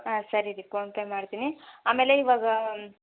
ಹಾಂ ಸರಿ ರೀ ಪೋನ್ಪೇ ಮಾಡ್ತೀನಿ ಆಮೇಲೆ ಇವಾಗ